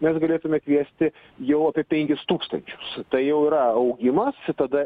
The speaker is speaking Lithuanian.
mes galėtume kviesti jau apie penkis tūkstančius tai jau yra augimas tada